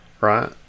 right